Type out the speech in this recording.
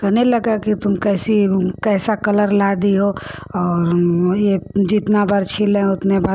कहने लगा कि तुम कैसी कैसा कलर ला दी हो और यह जितना बार छीले उतने बार